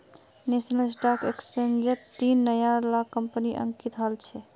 national stock एक्सचेंजट तीन नया ला कंपनि अंकित हल छ